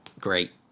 great